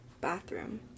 bathroom